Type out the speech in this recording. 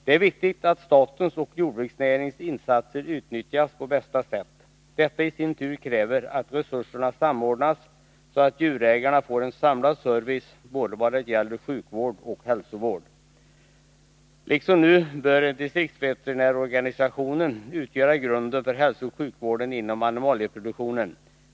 Det är viktigt att statens och jordbruksnäringens insatser utnyttjas på bästa sätt. Detta i sin tur kräver att resurserna samordnas, så att djurägarna får en samlad service i fråga om både sjukvård och hälsovård. Liksom nu bör också framgent distriktsveterinärsorganisationen utgöra grunden för hälsooch sjukvården inom animalieproduktionen.